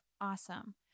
awesome